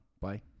Bye